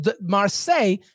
Marseille